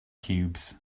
cubes